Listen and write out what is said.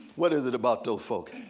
what is it about those folk?